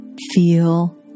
feel